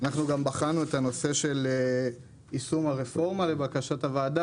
אנחנו בחנו את נושא יישום הרפורמה לבקשת הוועדה,